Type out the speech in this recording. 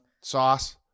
sauce